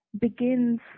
begins